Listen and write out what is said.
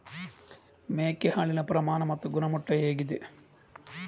ಮೇಕೆ ಹಾಲಿನ ಪ್ರಮಾಣ ಮತ್ತು ಗುಣಮಟ್ಟ ಹೇಗಿದೆ?